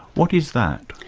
what is that?